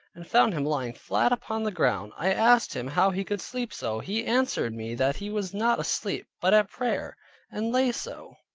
and found him lying flat upon the ground. i asked him how he could sleep so? he answered me that he was not asleep, but at prayer and lay so,